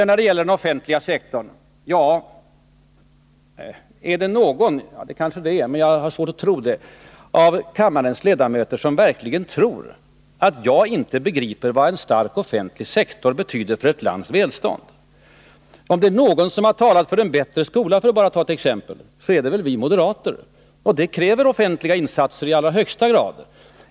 När det gäller den offentliga sektorn vill jag fråga: Är det någon av kammarens ledamöter som verkligen tror — det kanske det är, men jag har svårt att föreställa mig det — att jag inte begriper vad en stark offentlig sektor betyder för hela landets välstånd? Om det är någon som har talat för en bättre 71 skola — för att bara ta ett exempel — så är det väl vi moderater! Det kräver offentliga insatser i alla högsta grad.